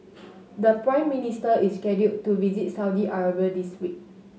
the Prime Minister is scheduled to visit Saudi Arabia this week